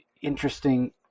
interesting